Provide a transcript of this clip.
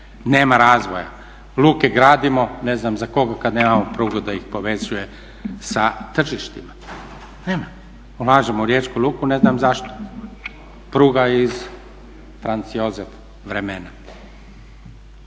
nema razvoja, luke gradimo, ne znam za koga kad nemao prugu da ih povezuje sa tržištima, nema. Ulažemo u Riječku luku ne znam zašto. Pruga je iz francioze vremena.